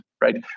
right